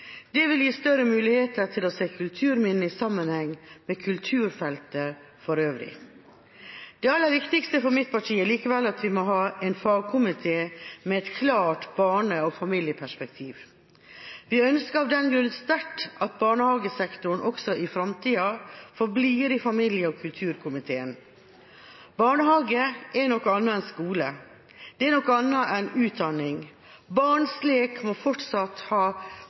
Det vil gi større muligheter til å se kulturminner i sammenheng med kulturfeltet for øvrig. Det aller viktigste for mitt parti er likevel at vi må ha en fagkomité med et klart barne- og familieperspektiv. Vi ønsker av den grunn sterkt at barnehagesektoren også i framtida forblir i familie- og kulturkomiteen. Barnehage er noe annet en skole. Det er noe annet enn utdanning. Barns lek må fortsatt ha